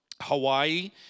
Hawaii